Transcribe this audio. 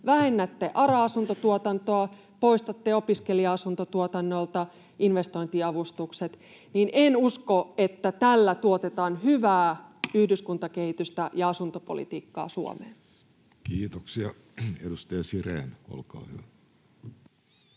vähennätte ARA-asuntotuotantoa, poistatte opiskelija-asuntotuotannolta investointiavustukset. En usko, että tällä tuotetaan hyvää yhdyskuntakehitystä ja asuntopolitiikkaa Suomeen. Kiitoksia. — Edustaja Sirén, olkaa hyvä.